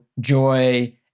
joy